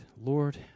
Lord